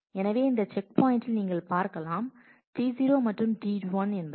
எனவே இந்த செக்பாயின்டில் நீங்கள் பார்க்கலாம் T0 மற்றும் T1 என்பதை